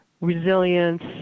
resilience